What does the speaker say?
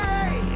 Hey